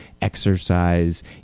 exercise